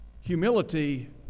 Humility